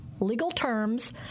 legalterms